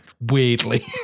weirdly